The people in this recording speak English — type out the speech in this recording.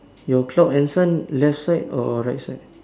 your clock has one left side or right side